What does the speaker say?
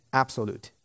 absolute